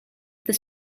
this